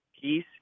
peace